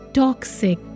toxic